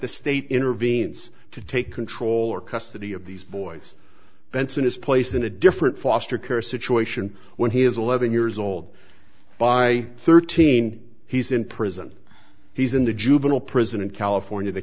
the state intervenes to take control or custody of these boys benson is placed in a different foster care situation when he is eleven years old by thirteen he's in prison he's in the juvenile prison in california the